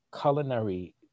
culinary